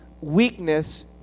Weakness